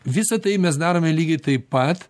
visa tai mes darome lygiai taip pat